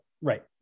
right